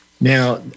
Now